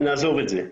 נעזוב את זה.